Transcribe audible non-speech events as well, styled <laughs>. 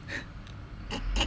<laughs>